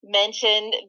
mentioned